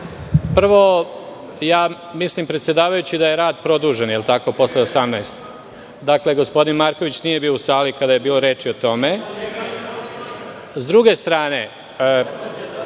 Prvo, mislim predsedavajući da je rad produžen, posle 18,00, gospodin Marković nije bio u sali kada je bila reč o tome, s druge strane